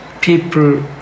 People